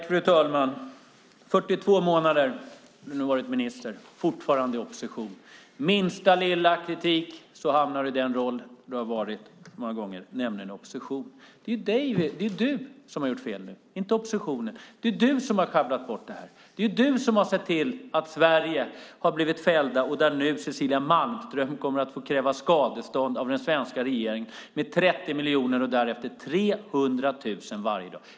Fru talman! I 42 månader har du varit minister, Beatrice Ask, och du är fortfarande i opposition. Vid minsta lilla kritik hamnar du i den roll du varit några gånger, nämligen i opposition. Det är du som har gjort fel, inte oppositionen. Det är du som har sjabblat bort detta. Det är du som har sett till att Sverige har blivit fällt och att Cecilia Malmström kommer att få kräva skadestånd av den svenska regeringen med 30 miljoner och därefter 300 000 varje dag.